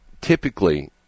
typically